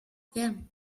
them